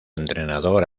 entrenador